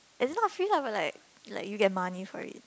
it's not free lah but like like you get money for it